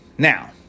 Now